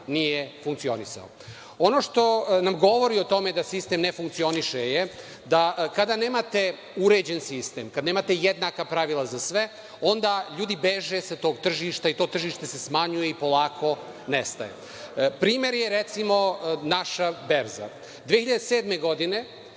nije funkcionisao. Ono što nam govori o tome da sistem ne funkcioniše je da kada nemate uređen sistem kada nemate jednaka pravila za sve, onda ljudi beže sa tog tržišta i to tržište se smanjuje i polako nestaje. Primer je, recimo, naša berza. Godine